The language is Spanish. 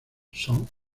son